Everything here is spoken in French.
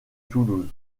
toulouse